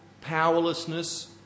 powerlessness